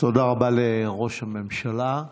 תודה רבה לראש הממשלה.